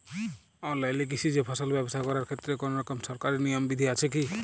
অনলাইনে কৃষিজ ফসল ব্যবসা করার ক্ষেত্রে কোনরকম সরকারি নিয়ম বিধি আছে কি?